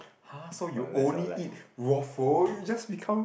[huh] so you only eat waffle you just become